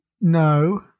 no